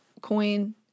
Coin